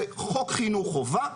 זה חוק חינוך חובה,